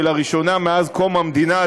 ולראשונה מאז קום המדינה,